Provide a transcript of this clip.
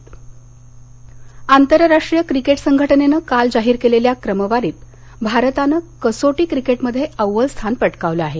ICC ranking आंतरराष्ट्रीय cricket संघटनेनं काल जाहीर केलेल्या क्रमवारीत भारतानं कसोटी क्रिकेटमध्ये अव्वल स्थान पटकावलं आहे